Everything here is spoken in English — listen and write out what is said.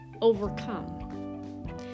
overcome